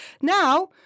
Now